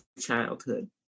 childhood